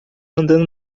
andando